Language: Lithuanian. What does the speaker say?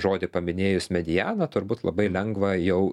žodį paminėjus mediana turbūt labai lengva jau